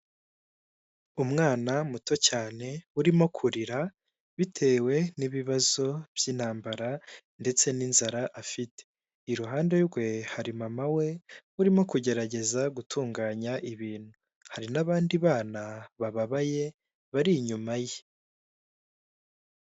Umwana muto cyane urimo kurira, bitewe n'ibibazo by'intambara ndetse n'inzara afite, iruhande rwe hari mama we urimo kugerageza gutunganya ibintu, hari n'abandi bana bababaye bari inyuma ye.